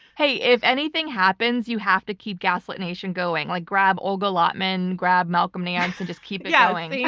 hey, if anything happens, you have to keep gaslit nation going. like grab olga lautman, grab malcolm nance, and just keep it yeah here. yeah